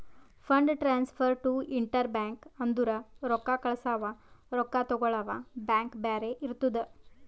fund transfer to interbank ಅಂದುರ್ ರೊಕ್ಕಾ ಕಳ್ಸವಾ ರೊಕ್ಕಾ ತಗೊಳವ್ ಬ್ಯಾಂಕ್ ಬ್ಯಾರೆ ಇರ್ತುದ್